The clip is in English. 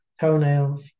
toenails